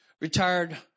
retired